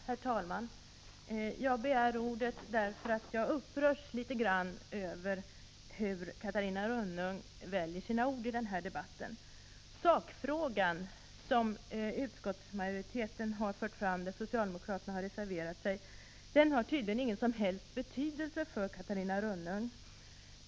Herr talman! Jag begärde ordet därför att jag upprörs litet grand över hur Catarina Rönnung väljer sina ord i den här debatten. Sakfrågan, där utskottsmajoriteten för fram en ståndpunkt som socialdemokraterna har reserverat sig emot, har tydligen ingen som helst betydelse för Catarina Rönnung.